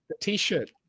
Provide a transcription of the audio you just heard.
T-shirt